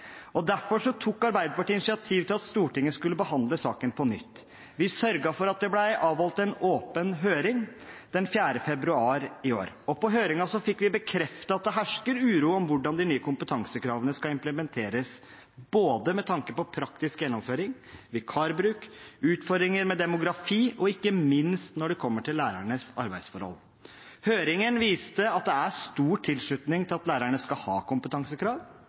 Derfor tok Arbeiderpartiet initiativ til at Stortinget skulle behandle saken på nytt. Vi sørget for at det ble avholdt en åpen høring, den 4. februar i år. I høringen fikk vi bekreftet at det hersker uro om hvordan de nye kompetansekravene skal implementeres, med tanke på både praktisk gjennomføring, vikarbruk, utfordringer med demografi og ikke minst når det kommer til lærernes arbeidsforhold. Høringen viste at det er stor tilslutning til at lærerne skal ha kompetansekrav,